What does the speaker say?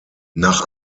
nach